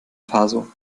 faso